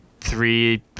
three